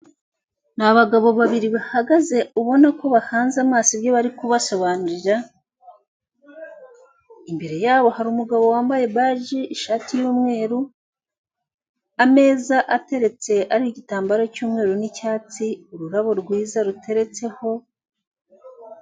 Ni abagabo babiri bahagaze ubona ko bahanze amaso ibyo bari kubasobanurira, imbere yabo hari umugabo wamabye baji, ishati y'umweru, ameza ateretse ariho igitambaro cy'umweru n'icyatsi, ururabo rwiza ruteretseho.